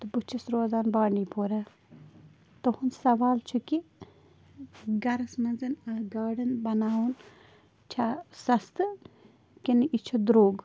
تہٕ بہٕ چھَس روزان بانڈی پورا تٕہُنٛد سوال چھُ کہِ گَرَس منٛز اَکھ گاڈَن بناوُن چھا سَستہٕ کِنہٕ یہِ چھِ درٛوٚگ